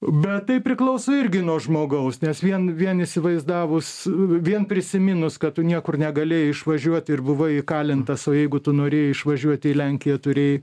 bet tai priklauso irgi nuo žmogaus nes vien vien įsivaizdavus vien prisiminus kad tu niekur negalėjai išvažiuoti ir buvai įkalintas o jeigu tu norėjai išvažiuot į lenkiją turėjai